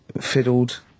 fiddled